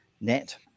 net